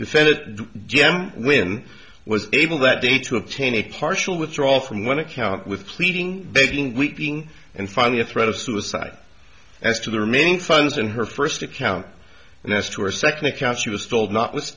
defended him when i was able that day to obtain a partial withdraw from one account with pleading begging weeping and finally a threat of suicide as to the remaining funds in her first account and as to our second account she was told not w